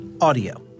audio